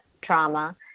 trauma